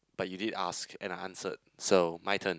but you did ask and I answered so my turn